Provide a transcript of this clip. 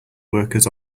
workers